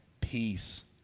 Peace